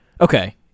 Okay